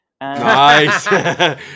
Nice